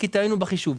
כי טעינו בחישוב.